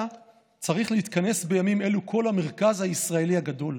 צריך להתכנס בימים אלו כל המרכז הישראלי הגדול.